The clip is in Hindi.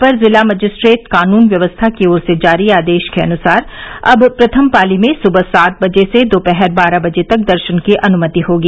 अपर जिला मजिस्ट्रेट कानून व्यवस्था की ओर से जारी आदेश के अनुसार अब प्रथम पाली में सुबह सात बजे से दोपहर बारह बजे तक दर्शन की अनुमति होगी